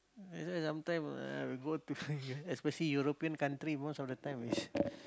that's why sometime uh we go to especially European country most of the time is